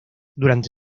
durante